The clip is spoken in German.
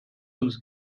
uns